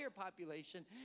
population